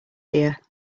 here